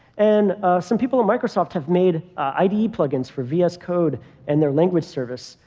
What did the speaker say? and some people at microsoft have made ide plug-ins for vs code and their language service.